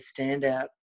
standout